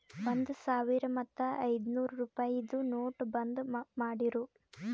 ಒಂದ್ ಸಾವಿರ ಮತ್ತ ಐಯ್ದನೂರ್ ರುಪಾಯಿದು ನೋಟ್ ಬಂದ್ ಮಾಡಿರೂ